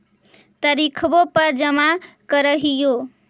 तरिखवे पर जमा करहिओ?